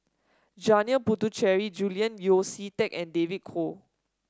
Janil Puthucheary Julian Yeo See Teck and David Kwo